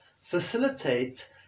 facilitate